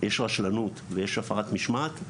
רשלנות ויש הפרת משמעת,